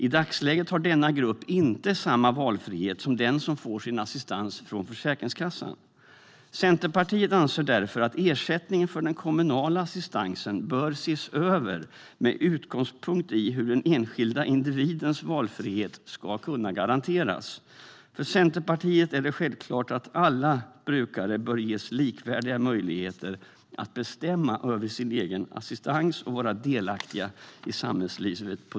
I dagsläget har denna grupp inte samma valfrihet som den som får sin assistans via Försäkringskassan. Centerpartiet anser därför att ersättningen för den kommunala assistansen bör ses över med utgångspunkt i hur den enskilde individens valfrihet ska kunna garanteras. För Centerpartiet är det självklart att alla brukare bör ges likvärdiga möjligheter att bestämma över sin egen assistans och på det sättet vara delaktiga i samhällslivet.